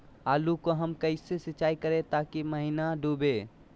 आलू को हम कैसे सिंचाई करे ताकी महिना डूबे?